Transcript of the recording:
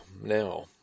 now